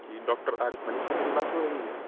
جی doctor Arif Malik سے میری بات ہو رہی ہے